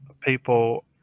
people